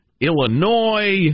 Illinois